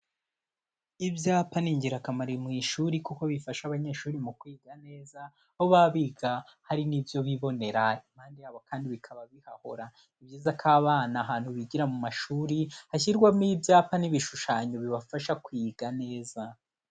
Ibyapa ni ingirakamaro mu ishuri kuko bifasha abanyeshuri mu kwiga neza, aho baba biga hari n'ibyo bibonera impande yabo kandi bikaba bihahora, ni byiza ko abana ahantu bigira mu mashuri hashyirwamo ibyapa n'ibishushanyo bibafasha kwiga neza.